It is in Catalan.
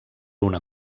una